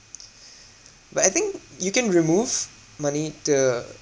but I think you can remove money to